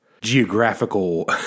geographical